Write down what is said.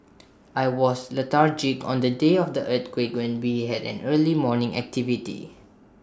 I was lethargic on the day of the earthquake when we had an early morning activity